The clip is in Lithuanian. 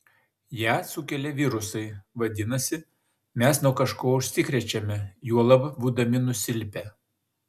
ją sukelia virusai vadinasi mes nuo kažko užsikrečiame juolab būdami nusilpę